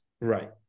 Right